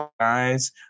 guys